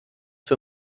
für